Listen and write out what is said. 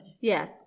Yes